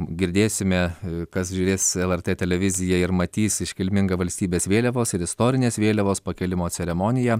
girdėsime kas žiūrės lrt televiziją ir matys iškilmingą valstybės vėliavos ir istorinės vėliavos pakėlimo ceremoniją